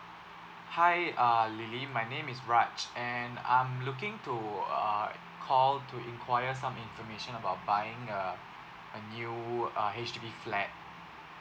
hi uh lily my name is raj and I'm looking to uh call to inquire some information about buying uh a new uh H_D_B flat